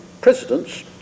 presidents